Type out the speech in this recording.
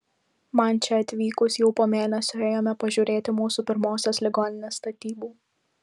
man čia atvykus jau po mėnesio ėjome pažiūrėti mūsų pirmosios ligoninės statybų